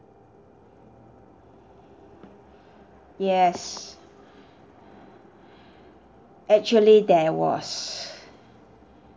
yes actually there was